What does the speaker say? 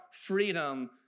freedom